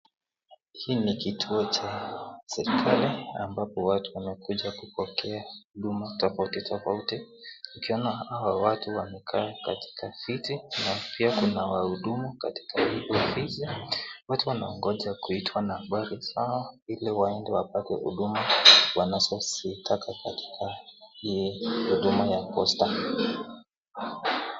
Hii ni kituo cha serikali ambapo watu wanakuja kupokea huduma tofauti tofauti, ukiona hawa watu wamekaa katika viti na pia kuna wahudumu katika hili picha. Watu wanaongoja kuitwa nambari zao, ili waende wapate huduma wanazozitaka katika hii huduma ya posta.